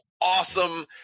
awesome